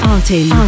Artin